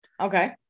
Okay